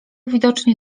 widocznie